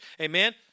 Amen